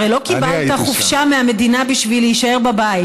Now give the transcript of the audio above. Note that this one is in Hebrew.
הרי לא קיבלת חופשה מהמדינה בשביל להישאר בבית.